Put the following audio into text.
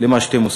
למה שאתם עושים.